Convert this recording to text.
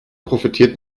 profitiert